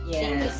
Yes